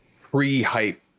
pre-hype